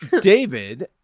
David